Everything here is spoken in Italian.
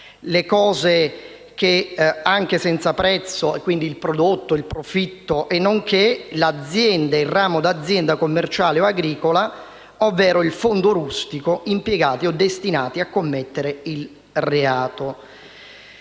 reato, le cose senza prezzo (quindi il prodotto o il profitto), nonché il ramo d'azienda, commerciale o agricola, ovvero il fondo rustico impiegati o destinati a commettere reato.